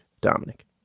Dominic